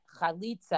Chalitza